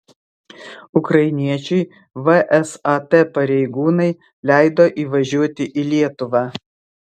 ukrainiečiui vsat pareigūnai leido įvažiuoti į lietuvą